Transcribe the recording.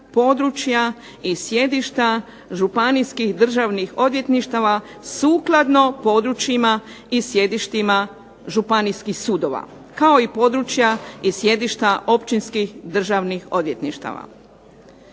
i sjedišta županijskih državnih odvjetništva sukladno područjima i sjedištima županijskih sudova kao i područja i sjedišta općinskih državnih odvjetništava.